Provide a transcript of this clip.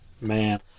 man